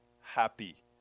happy